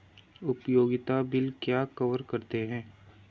उपयोगिता बिल क्या कवर करते हैं?